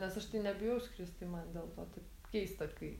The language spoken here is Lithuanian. nes aš tai nebijau skrist tai man dėl to taip keista kai